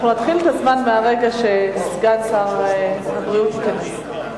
אנחנו נתחיל את הזמן מהרגע שסגן שר הבריאות ייכנס.